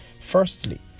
Firstly